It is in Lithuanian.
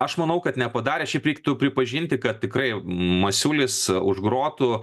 aš manau kad nepadarė šiaip reiktų pripažinti kad tikrai masiulis už grotų